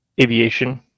aviation